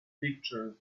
pictures